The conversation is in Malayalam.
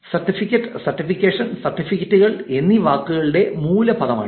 സർട്ടിഫിക്കറ്റ് സർട്ടിഫിക്കേഷൻ സർട്ടിഫിക്കറ്റുകൾ എന്നീ വാക്കുകളുടെ മൂലപദമാണിത്